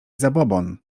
zabobon